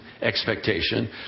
expectation